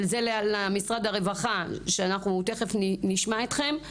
וזה למשרד הרווחה שתכף נשמע אתכם,